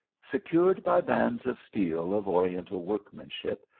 secured by bands of steel of oriental workmanship,